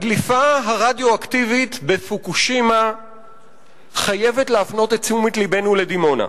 הדליפה הרדיואקטיבית בפוקושימה חייבת להפנות את תשומת לבנו לדימונה.